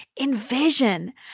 Envision